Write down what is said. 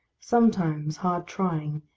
sometimes, hard-trying,